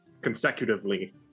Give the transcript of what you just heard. consecutively